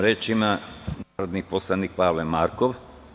Reč ima narodni poslanik Pavle Markov.